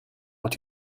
what